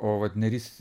o vat neris